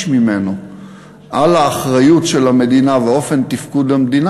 ממנו על האחריות של המדינה ואופן התפקוד של המדינה.